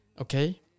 Okay